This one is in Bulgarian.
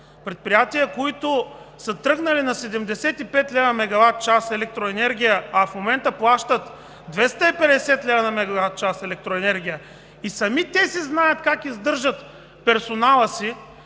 предприятия, които са тръгнали на 75 лв. мегаватчаса електроенергия, а в момента плащат 250 лв. мегаватчаса електроенергия и сами си знаят как издържат персонала си,